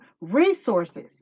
resources